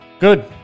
Good